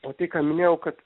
o tai ką minėjau kad